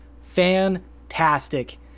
fantastic